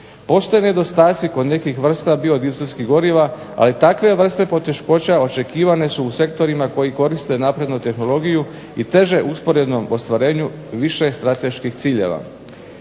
Postoje nedostaci kod nekih vrsta biodizelskih goriva ali takve vrste poteškoća očekivane su u sektorima koji koriste naprednu tehnologiju i teže usporednom ostvarenju više strateških ciljeva.